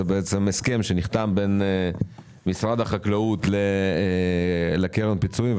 זה בעצם הסכם שנחתם בין משרד החקלאות לקרן הפיצויים.